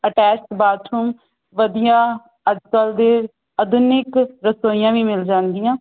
attach bathroom ਵਧੀਆ ਅੱਜ ਕੱਲ੍ਹ ਦੇ ਆਧੁਨਿਕ ਰਸੋਈਆਂ ਵੀ ਮਿਲ ਜਾਣਗੀਆਂ